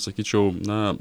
sakyčiau na